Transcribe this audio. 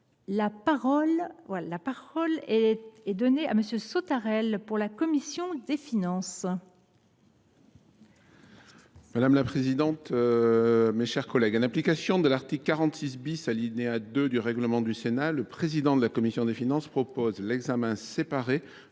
La parole est à M. le vice président de la commission des finances. Madame la présidente, mes chers collègues, en application de l’article 46 , alinéa 2, du règlement du Sénat, le président de la commission des finances propose l’examen séparé